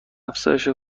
افزایش